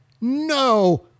no